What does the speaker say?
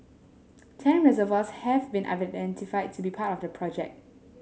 ten reservoirs have been identified to be part of the project